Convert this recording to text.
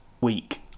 week